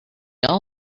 all